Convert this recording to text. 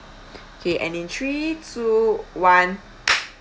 okay and in three two one